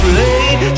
late